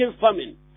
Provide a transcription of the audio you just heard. famine